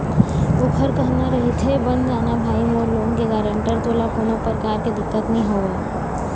ओखर कहना रहिथे बन जाना भाई मोर लोन के गारेंटर तोला कोनो परकार के दिक्कत नइ होवय